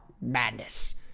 Madness